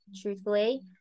truthfully